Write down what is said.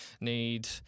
Need